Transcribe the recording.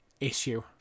issue